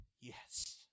yes